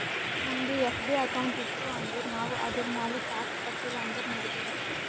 ನಮ್ದು FD account ಇತ್ತು ಅಂದುರ್ ನಾವ್ ಅದುರ್ಮ್ಯಾಲ್ ಟ್ಯಾಕ್ಸ್ ಕಟ್ಟಿಲ ಅಂದುರ್ ನಡಿತ್ತಾದ್